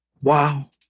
Wow